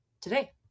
today